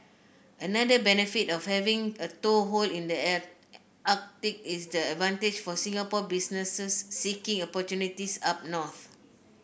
another benefit of having a toehold in the Arctic is the advantage for Singapore businesses seeking opportunities up north